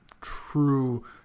true